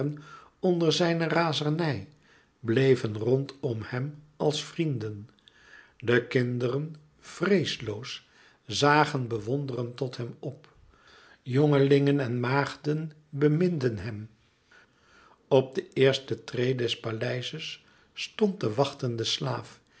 onder zijne razernij bleven rondom hem als vrienden de kinderen vreesloos zagen bewonderend tot hem op jongelingen en maagden beminden hem op de eerste treê des paleizes stond de wachtende slaaf